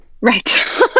Right